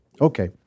Okay